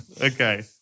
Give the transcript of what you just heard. Okay